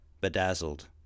bedazzled